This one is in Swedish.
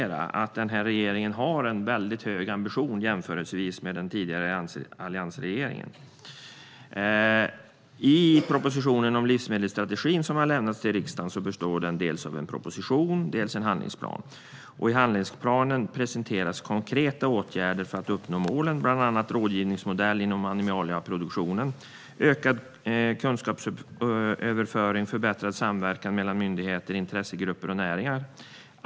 Regeringen har en väldigt hög ambition jämfört med den tidigare alliansregeringen. Propositionen om en livsmedelsstrategi som har lämnats till riksdagen består av dels en proposition, dels en handlingsplan. I handlingsplanen presenteras konkreta åtgärder för att målen ska uppnås, bland annat rådgivningsmodell inom animalieproduktionen, ökad kunskapsöverföring och förbättrad samverkan mellan myndigheter, intressegrupper och näringen.